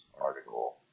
article